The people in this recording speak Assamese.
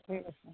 ঠিক আছে